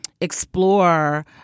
explore